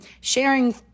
sharing